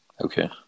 Okay